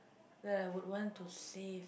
that I would want to save